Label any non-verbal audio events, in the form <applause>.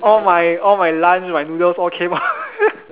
all my all my lunch my noodles all came out <laughs>